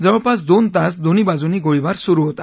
जवळपास दोन तास दोन्ही बाजूंनी गोळीबार सुरू होता